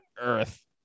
earth